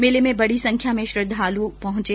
मेले में बड़ी संख्या में श्रद्वालुओ ने पहुंचे